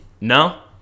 no